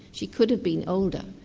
she could have been older,